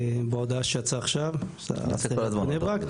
בהקשר ההודעה שיצאה עכשיו על עיריית בני ברק.